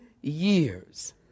years